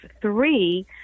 three